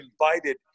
invited